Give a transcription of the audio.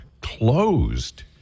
closed